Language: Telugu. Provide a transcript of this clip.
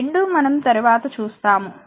రెండూ మనం తరువాత చూస్తాము